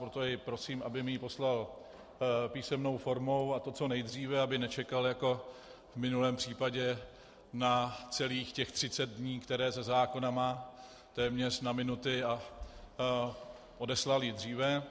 Proto ho prosím, aby mi poslal písemnou formou, a to co nejdříve, aby nečekal jako v minulém případě na celých těch třicet dní, které ze zákona má, téměř na minuty, a odeslal ji dříve.